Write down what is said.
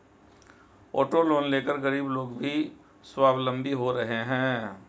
auto loan लेकर गरीब लोग भी स्वावलम्बी हो रहे हैं